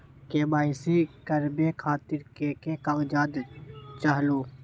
KYC करवे खातीर के के कागजात चाहलु?